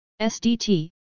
SDT